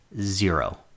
Zero